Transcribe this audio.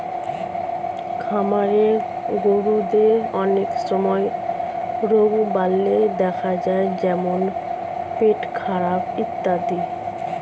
খামারের গরুদের অনেক সময় রোগবালাই দেখা যায় যেমন পেটখারাপ ইত্যাদি